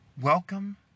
Welcome